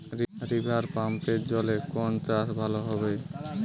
রিভারপাম্পের জলে কোন চাষ ভালো হবে?